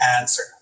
answer